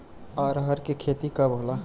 अरहर के खेती कब होला?